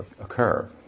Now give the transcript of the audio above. occur